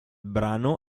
brano